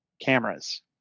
cameras